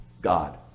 God